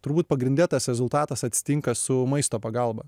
turbūt pagrinde tas rezultatas atsitinka su maisto pagalba